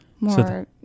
More